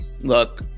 look